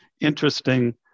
interesting